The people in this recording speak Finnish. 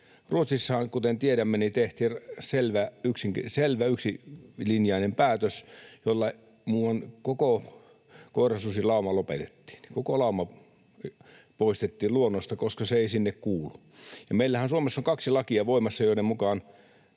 Ruotsissahan, kuten tiedämme, tehtiin selvä, yksilinjainen päätös, jolla muuan koko koirasusilauma lopetettiin. Koko lauma poistettiin luonnosta, koska se ei sinne kuulu. Meillähän on Suomessa voimassa kaksi lakia, joiden mukaan